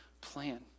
plan